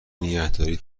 نگهداری